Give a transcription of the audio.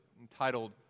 entitled